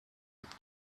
app